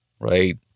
right